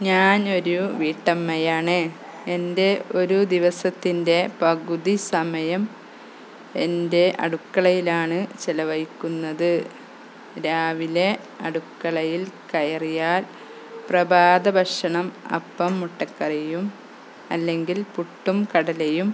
ഞാനൊരു വീട്ടമ്മയാണ് എൻ്റെ ഒരു ദിവസത്തിൻ്റെ പകുതി സമയം എൻ്റെ അടുക്കളയിലാണ് ചിലവഴിക്കുന്നത് രാവിലെ അടുക്കളയിൽ കയറിയാൽ പ്രഭാത ഭക്ഷണം അപ്പം മുട്ടക്കറിയും അല്ലെങ്കിൽ പുട്ടും കടലയും